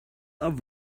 are